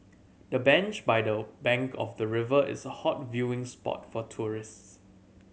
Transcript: the bench by the bank of the river is a hot viewing spot for tourists